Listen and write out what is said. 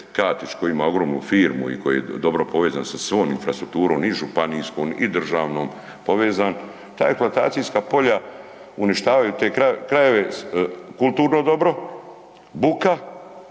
Katić koji ima ogromnu firmu i koji je dobro povezan sa svom infrastrukturom i županijskom i državnom povezan, ta eksploatacijska polja uništavaju te krajeve kulturno dobro, buka,